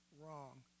wrong